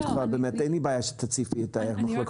את יכולה, אין לי בעיה שתציפי את המחלוקות.